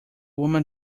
woman